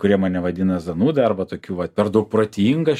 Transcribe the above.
kurie mane vadina zanūda arba tokiu va per daug protingas